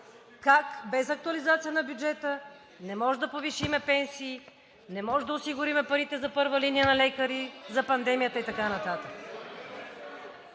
как без актуализация на бюджета не можем да повишим пенсии, не можем да осигурим парите за първа линия на лекари за пандемията и така нататък.